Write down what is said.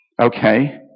Okay